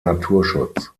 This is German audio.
naturschutz